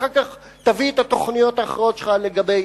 אחר כך תביא את התוכניות האחרות שלך לגבי